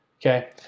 Okay